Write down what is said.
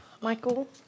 Michael